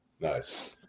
Nice